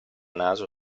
naso